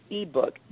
ebook